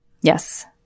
Yes